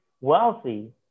wealthy